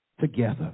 together